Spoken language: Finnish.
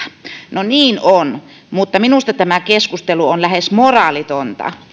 niin on mutta minusta tämä keskustelu on lähes moraalitonta